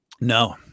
No